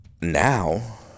Now